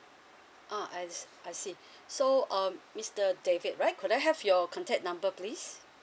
oh I se~ I see so um mister david right could I have your contact number please